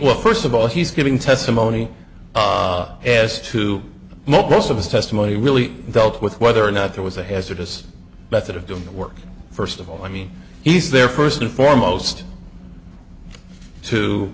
well first of all he's giving testimony as to most of his testimony really dealt with whether or not there was a hazardous method of doing the work first of all i mean he's there first and foremost to